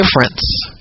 difference